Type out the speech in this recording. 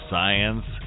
Science